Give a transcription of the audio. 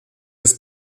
des